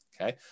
Okay